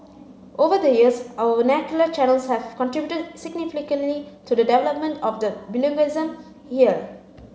over the years our vernacular channels have contributed significantly to the development of the bilingualism here